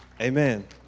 Amen